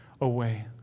away